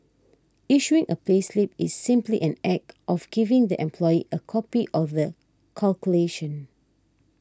issuing a payslip is simply an act of giving the employee a copy of the calculation